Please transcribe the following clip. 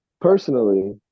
personally